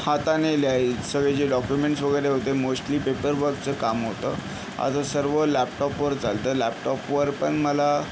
हाताने लिहया सगळे जे डॉक्युमेंट्स वगैरे होते मोस्टली पेपर वर्कचं काम होतं आता सर्व लॅपटॉपवर चालतं लॅपटॉपवर पण मला